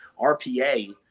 RPA